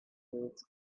years